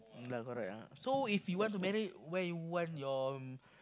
mm lah correct lah so if you want to married where you want your